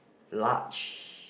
large